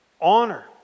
honor